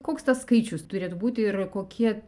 koks tas skaičius turėtų būti ir kokie